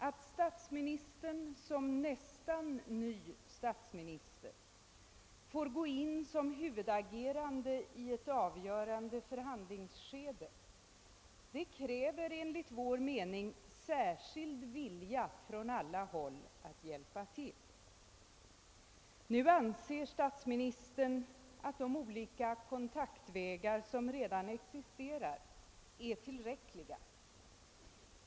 Att statsministern som är så ny i sitt ämbete får gå in som huvudagerande i ett avgörande förhandlingsskede kräver enligt vår mening en särskild vilja från alla håll att hjälpa till. Nu anser statsministern att de olika kontaktvägar som redan existerar är tillräckliga.